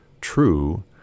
true